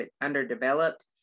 underdeveloped